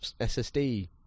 SSD